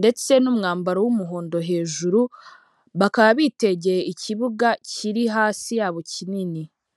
ndetse n'umwambaro w'umuhondo hejuru, bakaba bitegeye ikibuga kiri hasi yabo kinini.